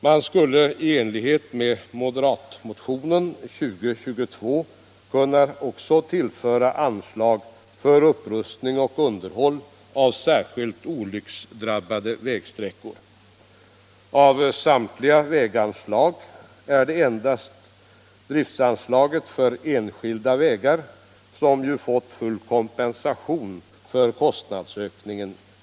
Man skulle i enlighet med moderatmotionen 1975/76:2022 också kunna tillföra anslag för upprustning och underhåll av särskilt olycksdrabbade vägsträckor. Av samtliga väganslag är det endast driftanslaget för enskilda vägar som i föreliggande förslag fått full kompensation för kostnadsökningen.